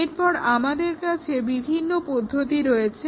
এরপর আমাদের কাছে বিভিন্ন পদ্ধতি রয়েছে